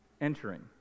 entering